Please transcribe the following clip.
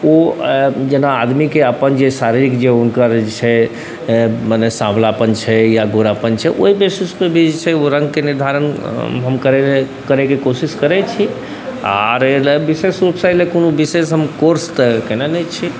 ओ आदमीके अपन जेना शारीरिक जे हुनकर छै मने साँवलापन छै या गोरापन छै ओहि बेसिसपर भी जे चाही हम रङ्गके निर्धारण हम करैलए करैके कोशिश करै छी आओर एहिलए विशेष रूपसँ एहिलए विशेष हम कोनो कोर्स तऽ केने नहि छी